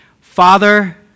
Father